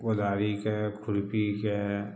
कोदारीके खुरपीके